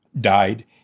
died